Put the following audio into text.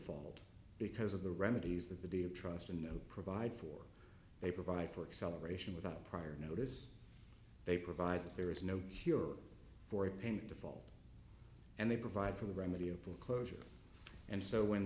fault because of the remedies that the d of trust and provide for they provide for excel aeration without prior notice they provide that there is no cure for a pain to fall and they provide for the remedy of foreclosure and so when